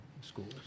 schools